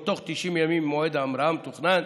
או תוך 90 ימים ממועד ההמראה המתוכנן,